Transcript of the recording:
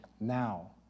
now